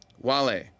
Wale